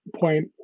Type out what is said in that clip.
point